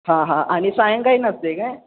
हा हां आणि सायंकाळी नसतं आहे काय